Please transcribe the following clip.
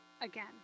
again